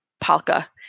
Palka